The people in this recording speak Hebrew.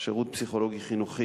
שזה השירות הפסיכולוגי במשרד החינוך.